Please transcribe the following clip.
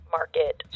Market